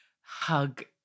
hug